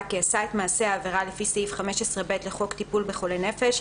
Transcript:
כי עשה את מעשה העבירה לפי סעיף 15(ב) לחוק טיפול בחולי נפש,